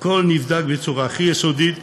הכול נבדק בצורה הכי יסודית,